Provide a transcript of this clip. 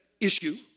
issue